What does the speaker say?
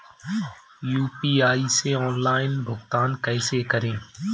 UPI से online भुगतान कैसे करें?